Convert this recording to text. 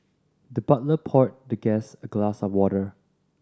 the butler poured the guest a glass of water